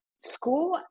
school